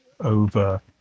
over